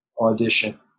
audition